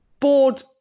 board